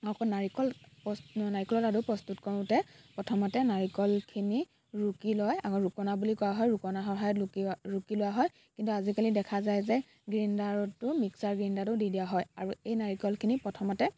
আকৌ নাৰিকল প্ৰচ নাৰিকলৰ লাড়ু প্ৰস্তুত কৰোঁতে প্ৰথমতে নাৰিকলখিনি ৰুকী লয় আকৌ ৰুকনা বুলি কোৱা হয় ৰুকনাৰ সহায়ত ৰুকী ৰুকী লোৱা হয় কিন্তু আজিকালি দেখা যায় যে গ্ৰিণ্ডাৰতো মিক্সাৰ গ্ৰিণ্ডাৰতো দি দিয়া হয় আৰু এই নাৰিকলখিনি প্ৰথমতে